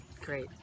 great